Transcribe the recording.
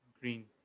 Green